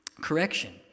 correction